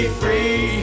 free